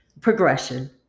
Progression